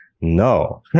no